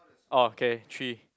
oh K three